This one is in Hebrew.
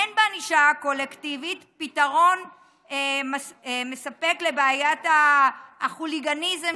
אין בענישה קולקטיבית פתרון מספק לבעיית החוליגניזם.